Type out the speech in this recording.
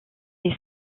est